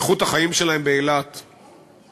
איכות החיים שלהם באילת תלויה,